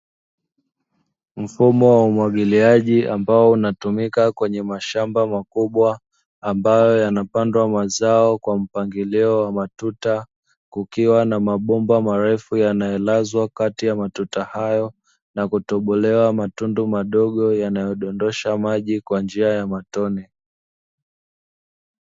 Mfumo wa umwagiliaji ambao unatumika kwenye mashamba makubwa ambayo yanapandwa mazao kwa mpangilio wa matuta, kukiwa mabomba marefu yanayolazwa katika matuta hayo na kutobolewa matundu kudondosha maji kwa njia ya matone.